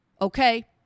Okay